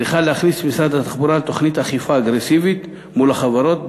צריכים להכניס את משרד התחבורה לתוכנית אכיפה אגרסיבית מול החברות,